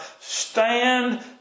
stand